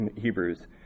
Hebrews